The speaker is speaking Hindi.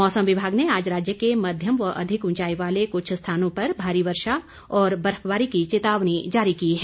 मौसम विभाग ने आज राज्य के मध्यम व अधिक उंचाई वाले कुछ स्थानों पर भारी वर्षा और बर्फबारी की चेतावनी जारी की है